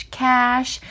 cash